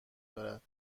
دارد